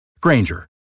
Granger